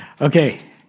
Okay